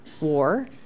war